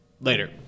later